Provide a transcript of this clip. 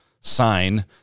sign